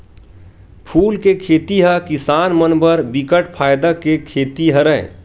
फूल के खेती ह किसान मन बर बिकट फायदा के खेती हरय